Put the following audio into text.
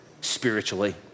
spiritually